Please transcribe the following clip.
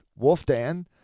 WolfDan